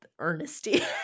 earnesty